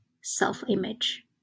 self-image